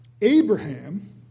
Abraham